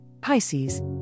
Pisces